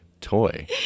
toy